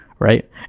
Right